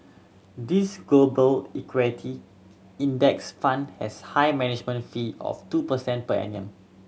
this Global Equity Index Fund has high management fee of two percent per annum